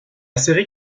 série